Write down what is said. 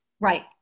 Right